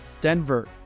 Denver